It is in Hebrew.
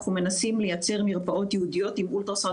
אנחנו מנסים לייצר מרפאות ייעודיות עם אולטרסאונד